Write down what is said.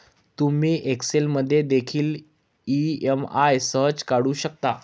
तुम्ही एक्सेल मध्ये देखील ई.एम.आई सहज काढू शकता